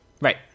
Right